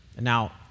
Now